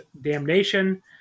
Damnation